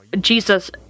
Jesus